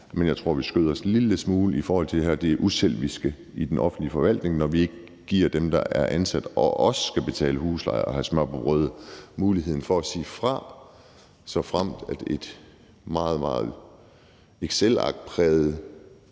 men jeg tror, at vi skyder os en lille smule i foden i forhold til uselviskheden i den offentlige forvaltning, når vi ikke giver dem, der er ansat og også skal betale husleje og have smør på brødet, muligheden for at sige fra over for et meget, meget excelarkpræget